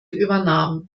übernahm